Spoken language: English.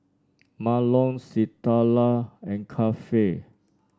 Mahlon Citlali and Keifer